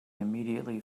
immediately